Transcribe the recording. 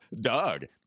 Doug